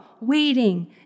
waiting